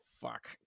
fuck